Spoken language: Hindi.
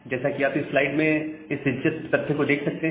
जैसा कि आप स्लाइड में इस दिलचस्प तथ्य को देख सकते हैं